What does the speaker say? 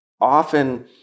often